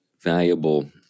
valuable